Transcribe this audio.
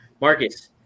marcus